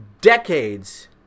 decades